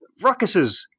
ruckuses